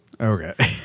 Okay